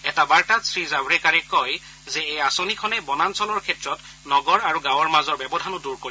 এটা বাৰ্তাত শ্ৰী জাভড়েকাৰে কয় যে এই আঁচনিখনে বনাঞ্চলৰ ক্ষেত্ৰত নগৰ আৰু গাঁৱৰ মাজৰ ব্যৱধানো দূৰ কৰিব